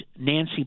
Nancy